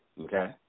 Okay